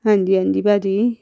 ਹਾਂਜੀ ਹਾਂਜੀ ਭਾਅ ਜੀ